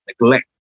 neglect